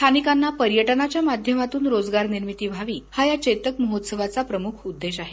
स्थानिकांना पर्यटनाच्या माध्यमातून रोजगार निर्मीती हा या चेतक महोत्सवाचा प्रमुख उद्देश आहे